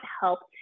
helped